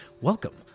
Welcome